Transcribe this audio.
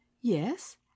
Yes